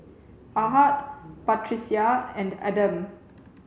Ahad Batrisya and Adam